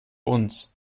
uns